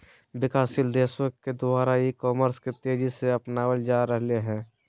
विकासशील देशों के द्वारा ई कॉमर्स के तेज़ी से अपनावल जा रहले हें